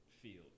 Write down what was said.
field